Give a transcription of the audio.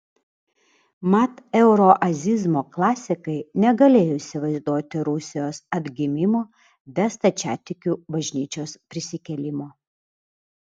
mat euroazizmo klasikai negalėjo įsivaizduoti rusijos atgimimo be stačiatikių bažnyčios prisikėlimo